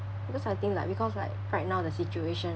because I think like because like right now the situation